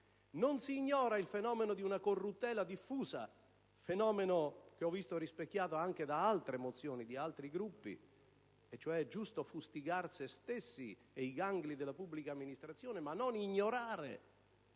non si ignora il fenomeno di una corruttela diffusa, fenomeno che ho visto rispecchiato anche in altre mozioni di altri Gruppi. In sostanza, è giusto fustigare se stessi e i gangli della pubblica amministrazione, ma non ignorare